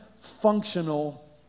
Functional